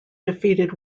defeated